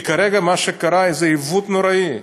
כי כרגע מה שקרה זה עיוות נוראי,